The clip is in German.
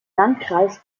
landkreis